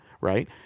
Right